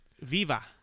Viva